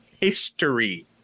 history